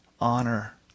honor